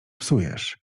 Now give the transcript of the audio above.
psujesz